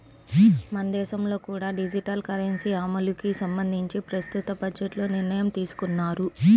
మన దేశంలో కూడా డిజిటల్ కరెన్సీ అమలుకి సంబంధించి ప్రస్తుత బడ్జెట్లో నిర్ణయం తీసుకున్నారు